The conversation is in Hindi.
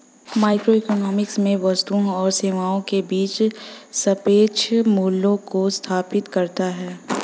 माइक्रोइकोनॉमिक्स में वस्तुओं और सेवाओं के बीच सापेक्ष मूल्यों को स्थापित करता है